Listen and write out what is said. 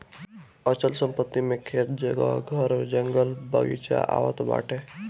अचल संपत्ति मे खेत, जगह, घर, जंगल, बगीचा आवत बाटे